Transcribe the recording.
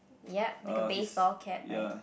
yup like a baseball cap right